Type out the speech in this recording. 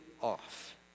off